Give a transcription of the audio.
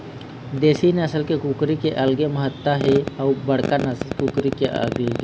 देशी नसल के कुकरी के अलगे महत्ता हे अउ बड़का नसल के कुकरी के अलगे